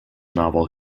novel